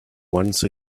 once